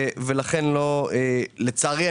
לצערי,